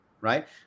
right